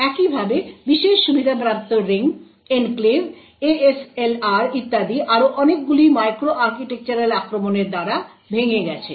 একইভাবে বিশেষ সুবিধাপ্রাপ্ত রিং এনক্লেভ ASLR ইত্যাদি আরও অনেকগুলি মাইক্রো আর্কিটেকচারাল আক্রমণের দ্বারা ভেঙে গেছে